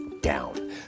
down